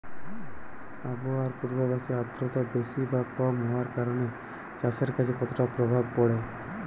আবহাওয়ার পূর্বাভাসে আর্দ্রতা বেশি বা কম হওয়ার কারণে চাষের কাজে কতটা প্রভাব পড়ে?